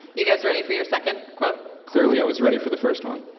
you guys ready for your second quote? clearly i was ready for the first one